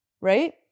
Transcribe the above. right